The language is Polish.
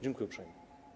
Dziękuję uprzejmie.